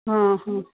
हां हां